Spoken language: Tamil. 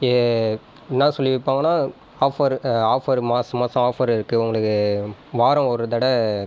எ என்ன சொல்லி விற்பாங்கன்னா ஆஃபர் ஆஃபர் மாதம் மாதம் ஆஃபர் இருக்குது உங்களுக்கு வாரம் ஒரு தட